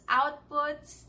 outputs